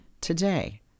today